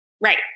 Right